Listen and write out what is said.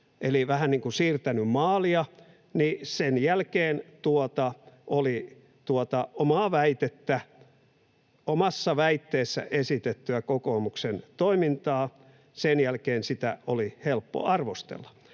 eli vähän niin kuin siirtänyt maalia, niin sen jälkeen oli tuota omaa väitettä, omassa väitteessä esitettyä kokoomuksen toimintaa, helppo arvostella.